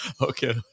Okay